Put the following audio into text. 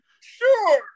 sure